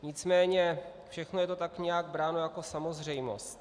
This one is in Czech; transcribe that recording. Nicméně všechno je to tak nějak bráno jako samozřejmost.